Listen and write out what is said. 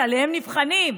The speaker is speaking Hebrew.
שעליהם נבחנים,